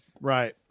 Right